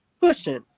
pushing